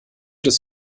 des